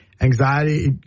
Anxiety